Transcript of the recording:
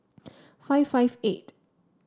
five five eight